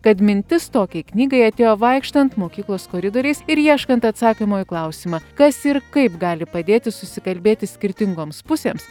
kad mintis tokiai knygai atėjo vaikštant mokyklos koridoriais ir ieškant atsakymo į klausimą kas ir kaip gali padėti susikalbėti skirtingoms pusėms